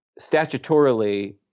statutorily